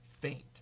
faint